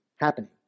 happening